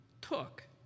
Took